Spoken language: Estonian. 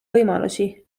võimalusi